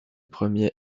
premier